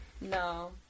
No